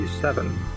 seven